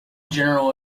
general